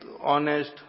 honest